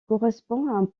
correspond